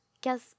Guess